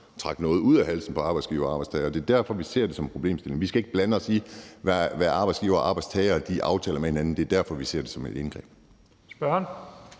trak noget ud af halsen på arbejdsgiver og arbejdstager. Det er derfor, vi ser det som en problemstilling. Vi skal ikke blande os i, hvad arbejdsgiver og arbejdstager aftaler med hinanden – det er derfor, vi ser det som et indgreb.